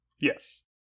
Yes